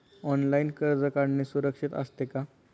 Online कर्ज काढणे सुरक्षित असते का?